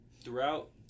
Throughout